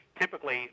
typically